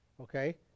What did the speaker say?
Okay